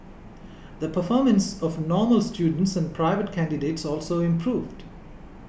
the performance of normal students and private candidates also improved